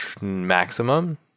maximum